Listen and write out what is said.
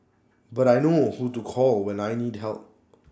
but I know who to call when I need help